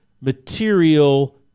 material